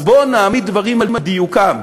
אז בוא נעמיד דברים על דיוקם: